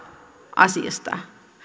asiasta